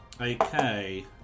Okay